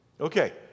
Okay